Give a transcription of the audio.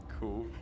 Cool